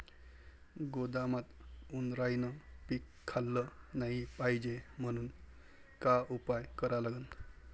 गोदामात उंदरायनं पीक खाल्लं नाही पायजे म्हनून का उपाय करा लागन?